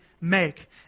make